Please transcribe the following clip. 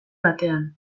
batean